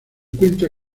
cuenta